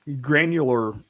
granular